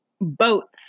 boats